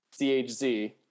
CHZ